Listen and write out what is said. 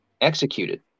executed